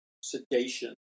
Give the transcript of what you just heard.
sedation